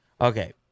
Okay